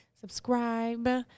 subscribe